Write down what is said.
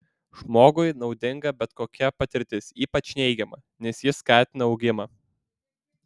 žmogui naudinga bet kokia patirtis ypač neigiama nes ji skatina augimą